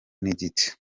n’igice